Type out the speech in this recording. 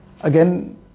Again